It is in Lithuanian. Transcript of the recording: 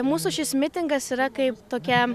mūsų šis mitingas yra kaip tokia